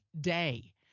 day